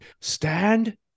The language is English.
Stand